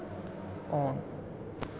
on